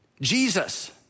Jesus